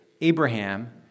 Abraham